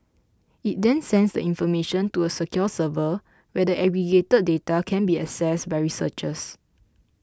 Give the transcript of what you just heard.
it then sends the information to a secure server where the aggregated data can be accessed by researchers